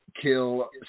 kill